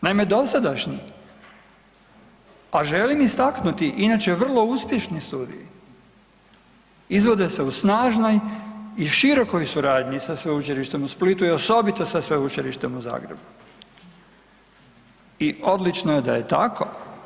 Naime, dosadašnji, a želim istaknuti inače vrlo uspješni studiji izvode se u snažnoj i širokoj suradnji sa Sveučilištem u Splitu i osobito sa Sveučilištem u Zagrebu i odlično je da je tako.